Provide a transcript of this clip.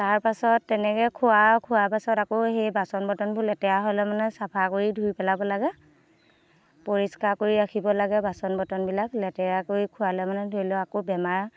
তাৰ পাছত তেনেকৈ খোৱা খোৱা পাছত আকৌ সেই বাচন বৰ্তনবোৰ লেতেৰা হ'লে মানে চাফা কৰি ধুই পেলাব লাগে পৰিষ্কাৰ কৰি ৰাখিব লাগে বাচন বৰ্তনবিলাক লেতেৰা কৰি খুৱালে মানে ধৰি লওক আকৌ বেমাৰ